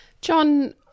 John